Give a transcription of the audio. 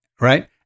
right